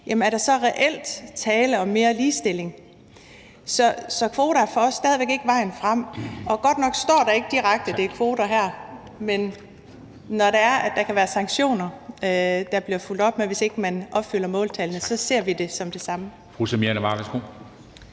Jamen er der så reelt tale om mere ligestilling? Så kvoter er for os stadig væk ikke vejen frem. Og godt nok står der ikke direkte her, at det er kvoter, men når det er sådan, at der kan følges op med sanktioner, hvis ikke man opfylder måltallene, så ser vi det som det samme.